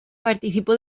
participó